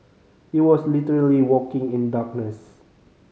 he was literally walking in darkness